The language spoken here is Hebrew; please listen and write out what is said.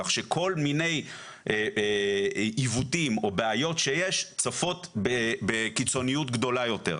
כך שכל מיני עיוותים או בעיות שיש צפות בקיצוניות גדולה יותר.